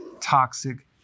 toxic